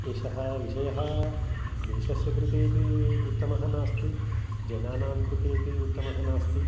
एषः विषयः देशस्य कृतेऽपि उत्तमः नास्ति जनानां कृतेऽपि उत्तमः नास्ति